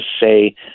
say